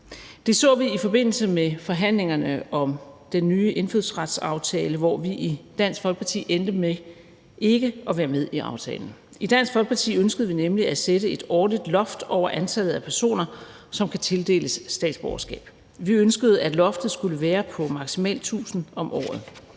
Det så vi i forbindelse med forhandlingerne om den nye indfødsretsaftale, hvor vi i Dansk Folkeparti endte med ikke at være med i aftalen. I Dansk Folkeparti ønskede vi nemlig at sætte et årligt loft over antallet af personer, som kan tildeles statsborgerskab. Vi ønskede, at loftet skulle være på maksimalt 1.000 om året.